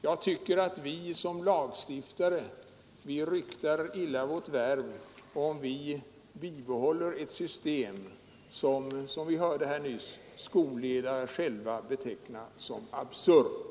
Jag tycker att vi som lagstiftare ryktar vårt värv illa om vi bibehåller ett system som — enligt vad vi nyss hörde — skolledare själva betecknar som absurt.